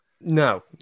No